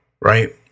right